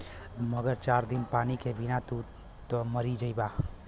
मगर चार दिन पानी के बिना त तू मरिए जइबा